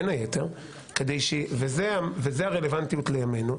וזה הרלוונטיות לימינו,